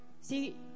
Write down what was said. See